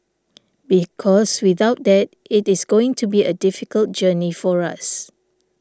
because without that it is going to be a difficult journey for us